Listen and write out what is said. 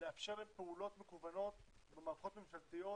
לאפשר להם פעולות מקוונות במערכות ממשלתיות